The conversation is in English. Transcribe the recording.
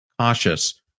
cautious